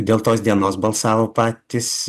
dėl tos dienos balsavo patys